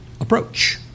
approach